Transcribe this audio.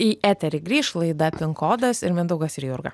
į eterį grįš laida pinkodas ir mindaugas ir jurga